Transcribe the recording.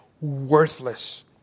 worthless